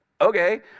Okay